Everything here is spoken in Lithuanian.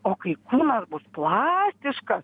o kai kūnas bus plastiškas